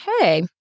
Okay